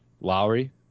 Lowry